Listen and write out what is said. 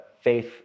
faith